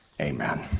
amen